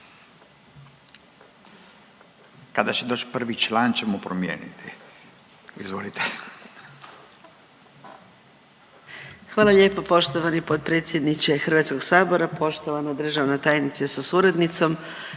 Kada će doći prvi član ćemo promijeniti, izvolite. **Mrak-Taritaš, Anka (GLAS)** Hvala lijepo poštovani potpredsjedniče Hrvatskog sabora. Poštovana državna tajnice sa suradnicom,